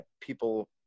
people